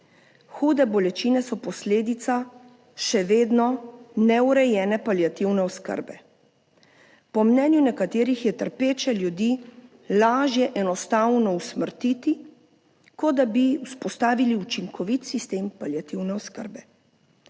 Hude bolečine so posledica še vedno neurejene paliativne oskrbe, po mnenju nekaterih je trpeče ljudi lažje enostavno usmrtiti kot da bi vzpostavili učinkovit sistem paliativne oskrbe.